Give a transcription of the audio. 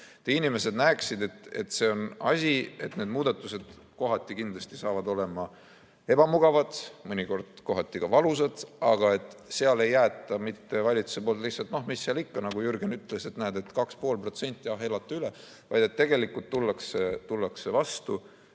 Et inimesed näeksid, et need muudatused kohati kindlasti saavad olema ebamugavad, mõnikord ka valusad, aga et seda ei jäeta valitsuse poolt lihtsalt nii, et noh, mis seal ikka – nagu Jürgen ütles, et näed, 2,5%, ah, elate üle –, vaid tegelikult tullakse vastu